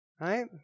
Right